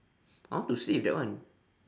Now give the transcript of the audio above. I want to save that one